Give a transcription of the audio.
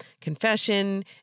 confession